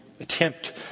attempt